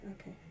okay